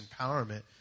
empowerment